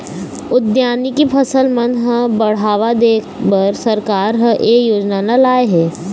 उद्यानिकी फसल मन ह बड़हावा देबर सरकार ह ए योजना ल लाए हे